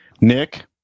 Nick